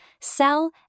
sell